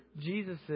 Jesus